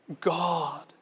God